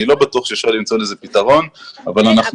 אני לא בטוח למצוא לזה פתרון אבל אנחנו